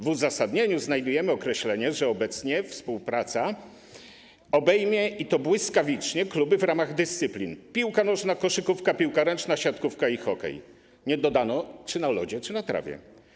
W uzasadnieniu znajdujemy określenie, że obecnie współpraca obejmie, i to błyskawicznie, kluby w ramach dyscyplin: piłka nożna, koszykówka, piłka ręczna, siatkówka i hokej - nie dodano, czy na lodzie, czy na trawie.